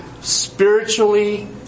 spiritually